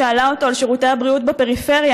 שאלה אותו על שירותי הבריאות בפריפריה,